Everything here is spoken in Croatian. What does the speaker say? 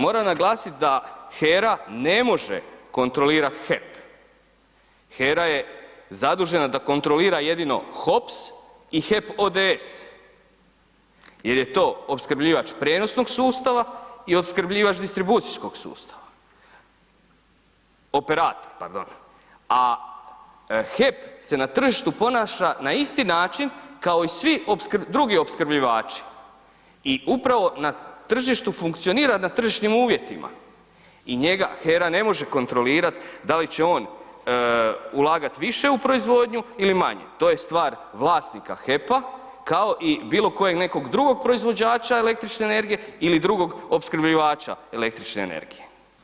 Moram naglasit da HERA ne može kontrolirat HEP, HERA je zadužena da kontrolira jedino HOPS i HEP ODS jer je to opskrbljivač prijenosnog sustava i opskrbljivač distribucijskog sustava, operator pardon, a HEP se na tržištu ponaša na isti način kao i svi drugi opskrbljivači i upravo na tržištu funkcionira na tržišnim uvjetima i njega HERA ne može kontrolirati da li će on ulagati više u proizvodnju ili manje, to je stvar vlasnika HEP-a kao i bilo kojeg nekog drugog proizvođača električne energije ili drugog opskrbljivača električne energije.